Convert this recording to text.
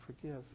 forgive